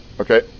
Okay